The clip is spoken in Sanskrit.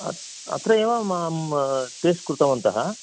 अ अत्रैव मां टेस्ट् कृतवन्तः